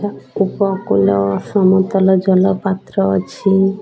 ଉପକୂଳ ସମତଲ ଜଲପାତ୍ର ଅଛି